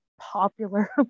popular